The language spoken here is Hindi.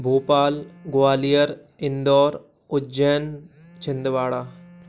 भोपाल ग्वालियर इंदौर उज्जैन छिंदवाड़ा